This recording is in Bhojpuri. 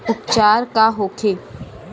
उपचार का होखे?